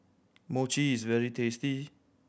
mochi is very tasty